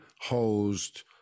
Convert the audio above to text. hosed